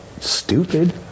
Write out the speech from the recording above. stupid